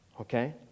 Okay